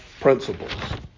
principles